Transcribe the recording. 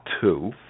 two